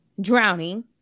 drowning